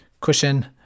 cushion